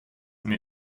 mir